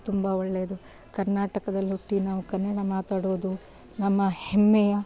ತುಂಬ ಒಳ್ಳೇದು ಕರ್ನಾಟಕದಲ್ಲಿ ಹುಟ್ಟಿ ನಾವು ಕನ್ನಡ ಮಾತಾಡೋದು ನಮ್ಮ ಹೆಮ್ಮೆಯ